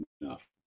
enough